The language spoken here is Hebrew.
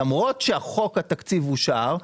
למרות שחוק התקציב אושר,